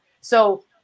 So-